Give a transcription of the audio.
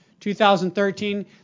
2013